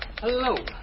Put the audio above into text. hello